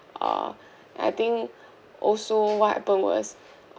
ah and I think also what happened was